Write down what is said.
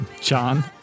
John